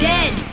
Dead